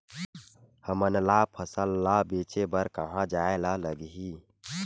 हमन ला फसल ला बेचे बर कहां जाये ला लगही?